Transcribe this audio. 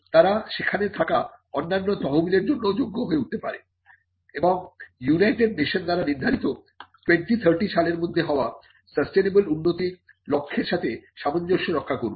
তারা সেখানে থাকা অন্যান্য তহবিলের জন্যও যোগ্য হয়ে উঠতে পারে এবং ইউনাইটেড নেশন দ্বারা নির্ধারিত 2030 সালের মধ্যে হওয়া সাসটেইনেবল উন্নতির লক্ষ্যের সাথে সামঞ্জস্য রক্ষা করবে